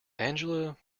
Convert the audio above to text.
angela